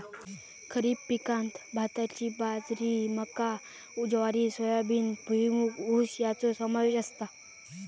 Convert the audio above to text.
खरीप पिकांत भाताची बाजरी मका ज्वारी सोयाबीन भुईमूग ऊस याचो समावेश असता